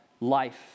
life